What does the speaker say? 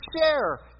share